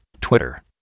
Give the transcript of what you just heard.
Twitter